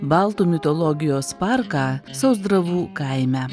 baltų mitologijos parką sausdravų kaime